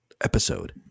episode